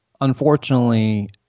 Unfortunately